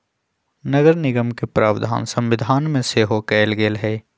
नगरनिगम के प्रावधान संविधान में सेहो कयल गेल हई